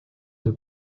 see